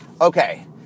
Okay